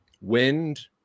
wind